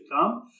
come